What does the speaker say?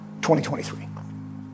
2023